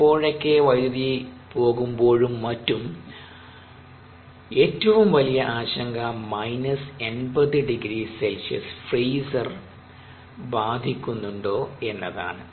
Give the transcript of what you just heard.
എപ്പോഴൊക്കെ വൈദ്യുതി പോകുമ്പോഴും മറ്റും ഏറ്റവും വലിയ ആശങ്ക 80 ºC ഫ്രീസർ ബാധിക്കുന്നുണ്ടോ എന്നതാണ്